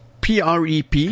PREP